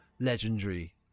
legendary